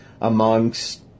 amongst